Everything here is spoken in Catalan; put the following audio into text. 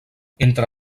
entre